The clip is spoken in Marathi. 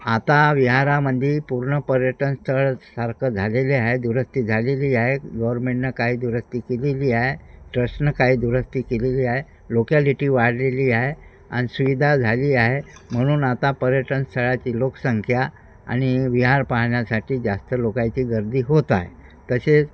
आता विहारामध्ये पूर्ण पर्यटन स्थळासारखं झालेले आहे दुरुस्ती झालेली आहे गव्हर्मेंटनं काही दुरुस्ती केलेली आहे ट्रसनं काही दुरुस्ती केलेली आहे लोकॅलिटी वाढलेली आहे आणि सुविधा झाली आहे म्हणून आता पर्यटन स्थळाची लोकसंख्या आणि विहार पाहण्यासाठी जास्त लोकायची गर्दी होत आहे तसेच